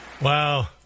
Wow